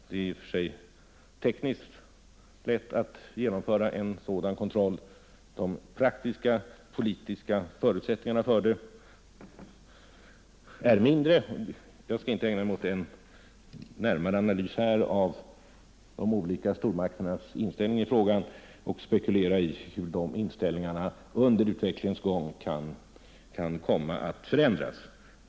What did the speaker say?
Det är i och för sig tekniskt sett lätt att genomföra en sådan kontroll, men de praktiska politiska förutsättningarna för den är mindre. Jag skall dock inte här ägna mig åt någon närmare analys av de olika stormakternas inställning till frågan eller spekulera i hur de olika inställningarna under utvecklingens gång kan komma att förändras.